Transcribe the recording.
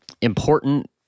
important